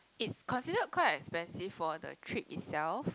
it consider quite expensive for the trip itself